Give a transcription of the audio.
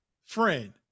friend